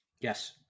Yes